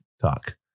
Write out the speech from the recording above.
talk